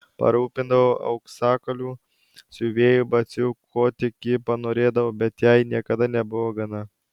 parūpindavau auksakalių siuvėjų batsiuvių ko tik ji panorėdavo bet jai niekada nebuvo gana